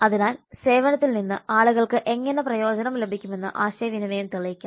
അതിനാൽ സേവനത്തിൽ നിന്ന് ആളുകൾക്ക് എങ്ങനെ പ്രയോജനം ലഭിക്കുമെന്ന് ആശയവിനിമയം തെളിയിക്കണം